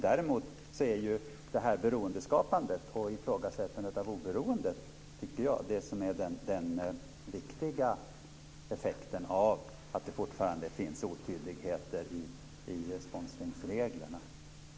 Däremot är beroendeskapandet och ifrågasättandet av oberoendet, tycker jag, det som är den viktiga effekten av att det fortfarande finns otydligheter i sponsringsreglerna.